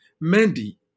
Mandy